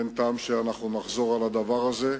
אין טעם שאנחנו נחזור על הדבר הזה.